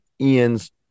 Ian's